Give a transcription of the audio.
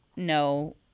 no